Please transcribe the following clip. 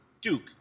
Duke